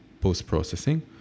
post-processing